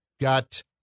got